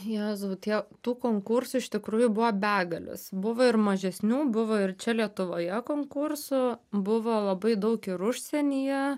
jėzau tie tų konkursų iš tikrųjų buvo begalės buvo ir mažesnių buvo ir čia lietuvoje konkursų buvo labai daug ir užsienyje